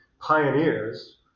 pioneers